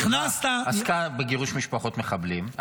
הראשונה עסקה בגירוש משפחות מחבלים,